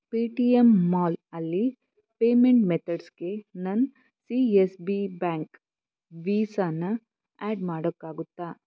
Paytm ಮಾಲಲ್ಲಿ payment ಮೆಥಡ್ಸ್ಗೆ ನನ್ನ ಸಿ ಎಸ್ ಬಿ ಬ್ಯಾಂಕ್ ವೀಸಾನ ಆ್ಯಡ್ ಮಾಡೋಕ್ಕಾಗುತ್ತಾ